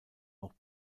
auch